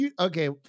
Okay